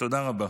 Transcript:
תודה רבה.